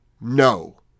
No